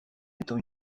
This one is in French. étant